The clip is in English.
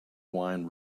wine